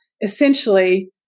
essentially